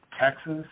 Texas